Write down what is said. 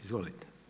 Izvolite.